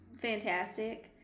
fantastic